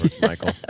Michael